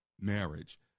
marriage